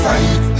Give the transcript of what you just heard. Fight